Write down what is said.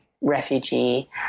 refugee